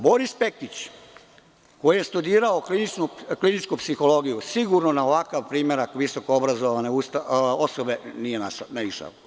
Boris Pekić, koji je studirao kliničku psihologiju, sigurno na ovakav primerak visokoobrazovane osobe nije naišao.